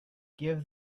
give